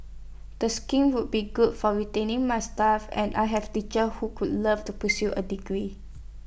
the scheme would be good for retaining my staff and I have teachers who could love to pursue A degree